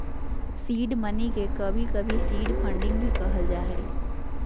seed money के कभी कभी सीड फंडिंग भी कहल जा हय